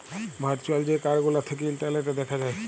virtual যে card গুলা থ্যাকে ইলটারলেটে দ্যাখা যায়